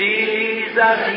Jesus